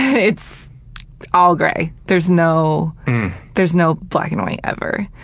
it's all grey. there's no there's no black and white ever.